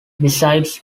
besides